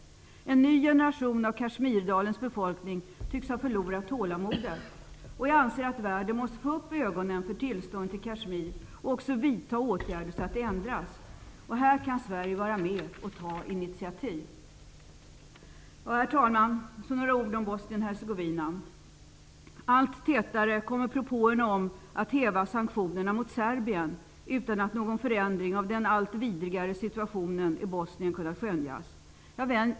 En ny generation av Kashmirdalens befolkning tycks ha förlorat tålamodet. Jag anser att världen måste få upp ögonen för tillståndet i Kashmir och också vidta åtgärder för att ändra det. Här kan Sverige vara med och ta initiativ. Herr talman! Så skall jag säga några ord om Bosnien-Hercegovina. Allt tätare kommer propåerna om att häva sanktionerna mot Serbien utan att någon förändring av den allt vidrigare situationen i Bosnien har kunnat skönjas.